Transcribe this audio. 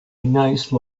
nice